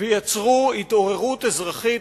ויצרו התעוררות אזרחית,